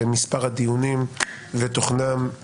ומספר הדיונים ותוכנם,